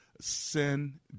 sin